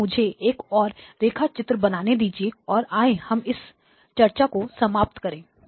तो मुझे एक और रेखा चित्र बनाने दीजिए और आइए हम इस चर्चा को समाप्त करें